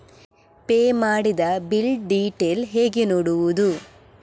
Pay ಮಾಡಿದ bill detail ಹೇಗೆ ನೋಡುವುದು?